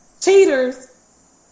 Cheaters